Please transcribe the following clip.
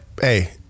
Hey